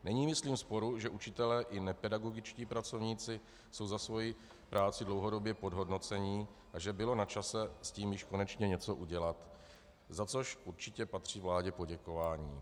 Není myslím sporu, že učitelé i nepedagogičtí pracovníci jsou za svoji práci dlouhodobě podhodnoceni a že bylo na čase s tím konečně něco udělat, za což určitě patří vládě poděkování.